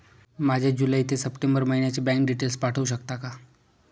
माझे जुलै ते सप्टेंबर महिन्याचे बँक डिटेल्स पाठवू शकता का?